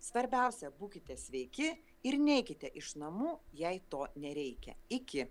svarbiausia būkite sveiki ir neikite iš namų jei to nereikia iki